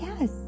Yes